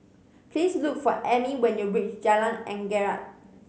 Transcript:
please look for Emmy when you reach Jalan Anggerek